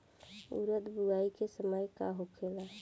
उरद बुआई के समय का होखेला?